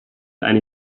eine